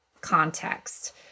context